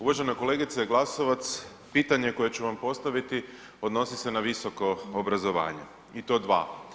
Uvažena kolegice Glasovac, pitanje koje ću vam postaviti odnosi se na visoko obrazovanje i to dva.